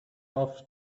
off